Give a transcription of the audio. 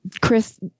Chris